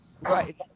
Right